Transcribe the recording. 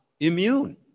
immune